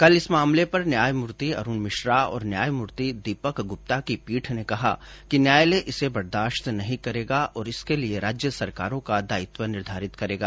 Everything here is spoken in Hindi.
कल इस मामले पर न्यायमूर्ति अरुण मिश्रा और न्यायमूर्ति दीपक गुप्ता की पीठ ने कहा कि न्यायालय इसे बर्दाश्त नहीं करेगा और इसके लिए राज्य सरकारों का दायित्व निर्धारित करेगा